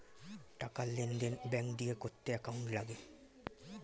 টাকার লেনদেন ব্যাঙ্ক দিয়ে করতে অ্যাকাউন্ট লাগে